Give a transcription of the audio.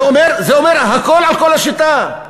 זה אומר הכול על כל השיטה.